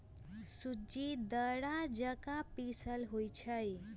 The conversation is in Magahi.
सूज़्ज़ी दर्रा जका पिसल होइ छइ